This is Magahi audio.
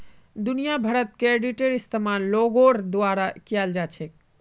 दुनिया भरत क्रेडिटेर इस्तेमाल लोगोर द्वारा कियाल जा छेक